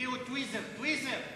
והביאו את טוויזר מ"זינזאנה".